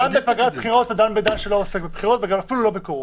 גם בפגרת בחירות אתה דן בדברים שלא עוסקים בבחירות ואפילו לא בקורונה.